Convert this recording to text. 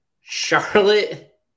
Charlotte